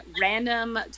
random